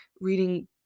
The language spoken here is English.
reading